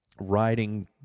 Riding